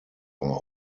are